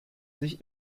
sich